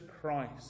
christ